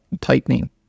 tightening